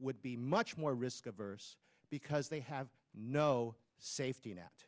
would be my more risk averse because they have no safety net